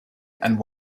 and